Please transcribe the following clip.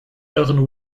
euren